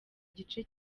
gice